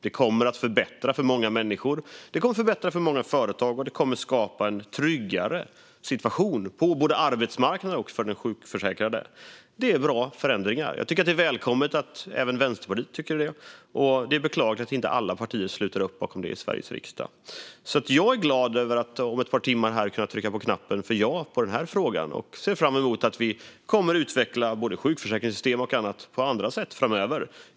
Det kommer att förbättra för många människor, det kommer att förbättra för många företag och det kommer att skapa en tryggare situation både på arbetsmarknaden och för den sjukförsäkrade. Det är bra förändringar, och det är välkommet att även Vänsterpartiet tycker det. Det är beklagligt att inte alla partier i Sveriges riksdag sluter upp bakom dem. Jag är glad över att om ett par timmar kunna trycka på knappen för ja i den här frågan och ser fram emot att vi kommer att utveckla både sjukförsäkringssystem och annat på andra sätt framöver.